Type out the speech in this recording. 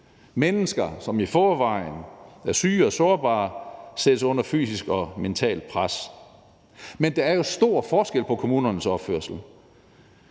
Mennesker, som i forvejen er syge og sårbare, sættes under fysisk og mentalt pres. Der er jo stor forskel på kommunernes opførsel,